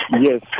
Yes